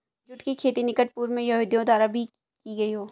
जुट की खेती निकट पूर्व में यहूदियों द्वारा भी की गई हो